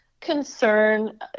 concern